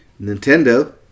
Nintendo